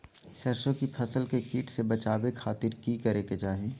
सरसों की फसल के कीट से बचावे खातिर की करे के चाही?